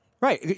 Right